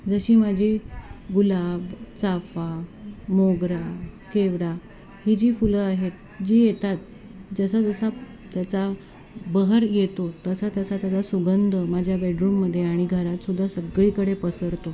जशी माझी गुलाब चाफा मोगरा केवडा ही जी फुलं आहेत जी येतात जसा जसा त्याचा बहर येतो तसा तसा त्याचा सुगंंध माझ्या बेडरूमध्ये आणि घरातसुद्धा सगळीकडे पसरतो